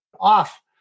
off